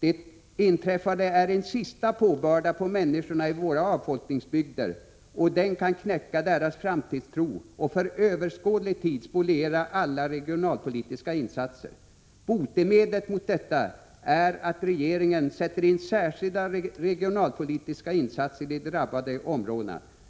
Det inträffade är en sista börda på människorna i våra avfolkningsbygder, och den kan knäcka deras framtidstro och för överskådlig tid spoliera alla regionalpolitiska insatser. Botemedlet mot detta är att regeringen sätter in särskilda regionalpolitiska insatser i de drabbade områdena.